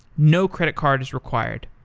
no credit card is required.